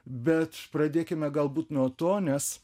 bet pradėkime galbūt nuo to nes